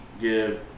give